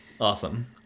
Awesome